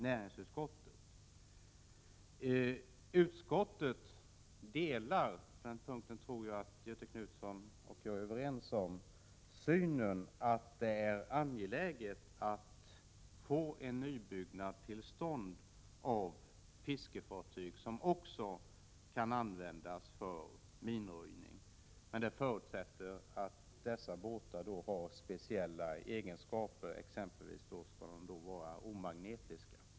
Försvarsutskottet delar, på den punkten tror jag att Göthe Knutson och jag är överens, synen att det är angeläget att få till stånd en nybyggnad av fiskefartyg som också kan användas för minröjning. Detta förutsätter att dessa båtar har speciella egenskaper, exempelvis att de är omagnetiska.